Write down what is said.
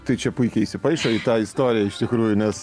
tai čia puikiai įsipaišo į tą istoriją iš tikrųjų nes